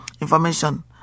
information